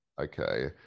Okay